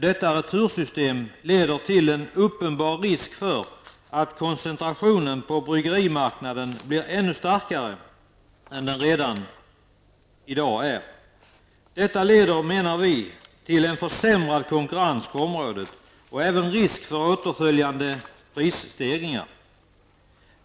Detta retursystem medför emellertid en uppenbar risk för att koncentrationen på bryggerimarknaden blir ännu större än den är i dag. Enligt vår åsikt leder detta till en försämring av konkurrensen på området, liksom även till risk för åtföljande prisstegringar.